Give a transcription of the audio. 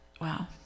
Wow